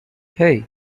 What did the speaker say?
hey